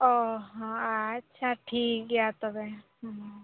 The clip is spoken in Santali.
ᱚ ᱦᱚᱸ ᱟᱪᱪᱷᱟ ᱴᱷᱤᱠ ᱜᱮᱭᱟ ᱛᱚᱵᱮ ᱦᱮᱸ